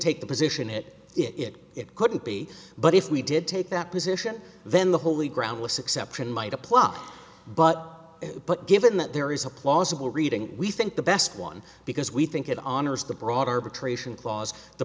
take the position it it it couldn't be but if we did take that position then the holy ground was accepted might apply but but given that there is a plausible reading we think the best one because we think it on the broad arbitra